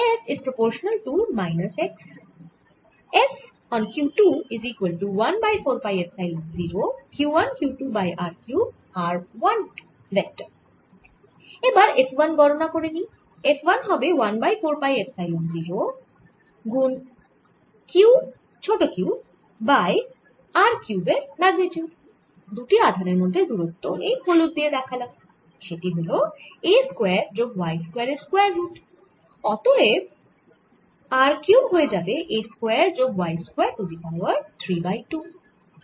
এবার F 1 গণনা করে নিই F 1 হবে 1 বাই 4 পাই এপসাইলন 0 গুন Q q by r cube এর ম্যাগনিটিউড দুটি আধানের মধ্যে দূরত্ব এই হলুদ দিয়ে লিখলাম সেটি হল a স্কয়ার যোগ y স্কয়ার এর স্কয়ার রূট অতএব r কিউব হয়ে যাবে a স্কয়ার যোগ y square to the power 3 by 2